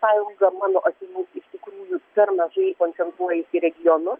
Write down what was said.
sąjunga mano akimis iš tikrųjų per mažai koncentruojasi į regionus